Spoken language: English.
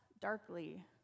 darkly